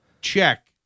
check